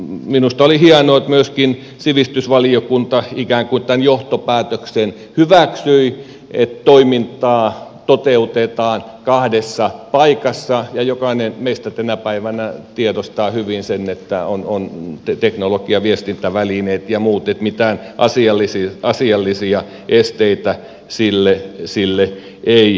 minusta oli hienoa että myöskin sivistysvaliokunta ikään kuin tämän johtopäätöksen hyväksyi että toimintaa toteutetaan kahdessa paikassa ja jokainen meistä tänä päivänä tiedostaa hyvin sen että on teknologia ja viestintävälineet ja muut että mitään asiallisia esteitä sille ei ole